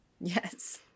Yes